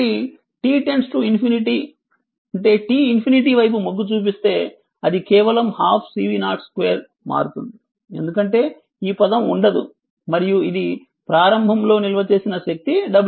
కాబట్టి t వైపు మొగ్గు చూపిస్తే అది కేవలం 12 CV0 2 మారుతోంది ఎందుకంటే ఈ పదం ఉండదు మరియు ఇది ప్రారంభంలో నిల్వ చేసిన శక్తి wC